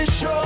Show